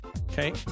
Okay